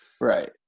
Right